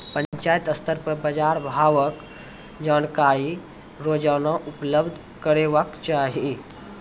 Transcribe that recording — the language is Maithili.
पंचायत स्तर पर बाजार भावक जानकारी रोजाना उपलब्ध करैवाक चाही?